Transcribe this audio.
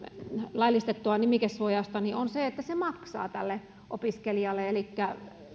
laillistettua nimikesuojausta on se että se maksaa tälle opiskelijalle elikkä se että